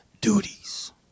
duties